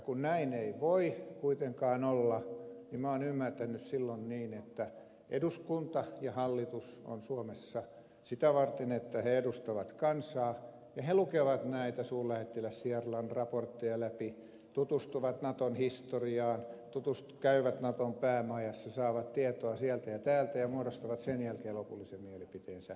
kun näin ei voi kuitenkaan olla niin minä olen ymmärtänyt silloin niin että eduskunta ja hallitus ovat suomessa sitä varten että ne edustavat kansaa ja lukevat näitä suurlähettiläs sierlan raportteja läpi tutustuvat naton historiaan käyvät naton päämajassa saavat tietoa sieltä ja täältä ja muodostavat sen jälkeen lopullisen mielipiteensä